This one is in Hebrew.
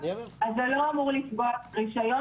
אז זה לא אמור לפגוע ברישיון.